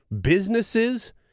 businesses